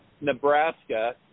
Nebraska